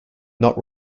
not